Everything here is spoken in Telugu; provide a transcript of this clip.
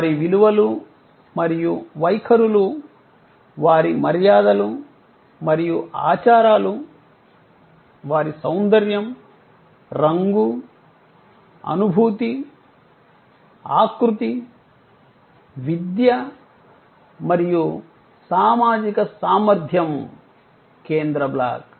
వారి విలువలు మరియు వైఖరులు వారి మర్యాదలు మరియు ఆచారాలు వారి సౌందర్యం రంగు అనుభూతి ఆకృతి విద్య మరియు సామాజిక సామర్థ్యం కేంద్ర బ్లాక్